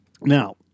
Now